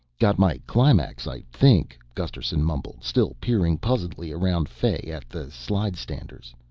got my climax, i think, gusterson mumbled, still peering puzzledly around fay at the slidestanders.